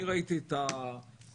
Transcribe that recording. אני ראיתי את הסקירה.